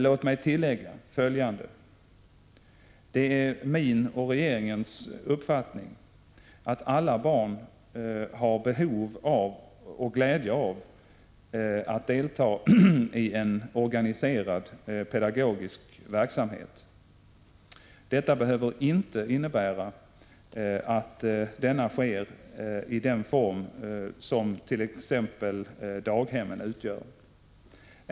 Låt mig tillägga följande. Det är min och regeringens uppfattning att alla barn har behov och glädje av att delta i en organiserad pedagogisk verksamhet. Detta behöver inte innebära att denna sker i den form som t.ex. daghemmen utgör.